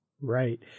Right